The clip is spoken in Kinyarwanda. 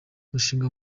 umushinga